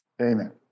Amen